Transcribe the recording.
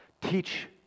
Teach